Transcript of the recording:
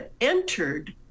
entered